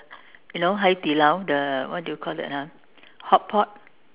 you know Hai-Di-Lao the what do you call that ah hotpot